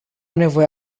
nevoie